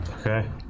Okay